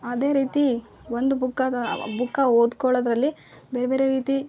ಅದೇ ರೀತಿ ಒಂದು ಬುಕ್ಕಾಗ ಬುಕ್ಕ ಓದ್ಕೊಳೋದರಲ್ಲಿ ಬೇರೆ ಬೇರೆ ರೀತಿ